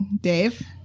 dave